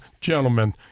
gentlemen